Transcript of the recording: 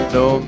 no